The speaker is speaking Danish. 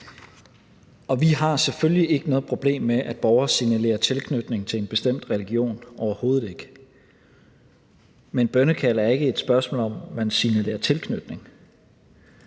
Og vi har selvfølgelig ikke noget problem med, at borgere signalerer tilknytning til en bestemt religion, overhovedet ikke. Men bønnekald er ikke et spørgsmål om, at man signalerer tilknytning,